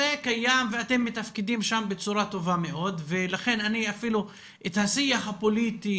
זה קיים ואתם מתפקדים שם בצורה טובה מאוד ולכן את השיח הפוליטי